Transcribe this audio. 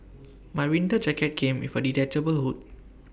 my winter jacket came with A detachable hood